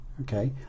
okay